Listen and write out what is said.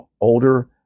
older